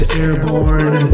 airborne